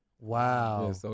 wow